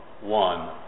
one